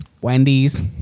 wendy's